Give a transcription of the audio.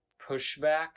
pushback